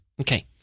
Okay